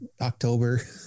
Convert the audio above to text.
October